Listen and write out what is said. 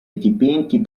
dipinti